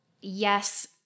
yes